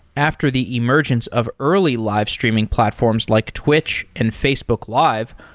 after the emergence of early live streaming platforms, like twitch and facebook live,